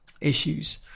issues